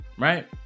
Right